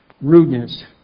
rudeness